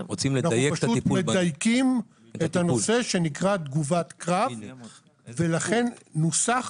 אנחנו פשוט מדייקים את הנושא שנקרא תגובת קרב ולכן נוסח